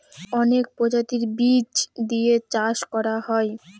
অনেক প্রজাতির বীজ দিয়ে চাষ করা হয়